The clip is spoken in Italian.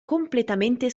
completamente